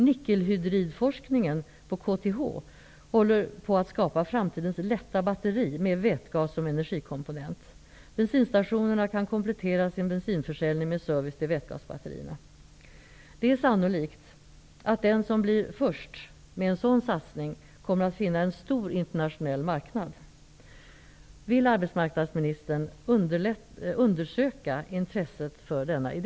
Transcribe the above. Nickelhydridforskningen på KTH håller på att skapa framtidens lätta batteri, med vätgas som energikomponent. Bensinstationerna kan komplettera sin bensinförsäljning med service till vätgasbatterierna. Det är sannolikt att den som blir först med en sådan satsning kommer att finna en stor internationell marknad.